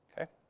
okay